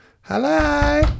Hello